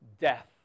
Death